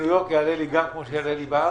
בניו יורק יעלה לי כמו בארץ?